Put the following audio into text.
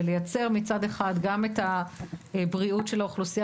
ולייצר מצד אחד גם את הבריאות של האוכלוסייה